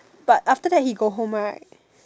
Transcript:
but after that he go home right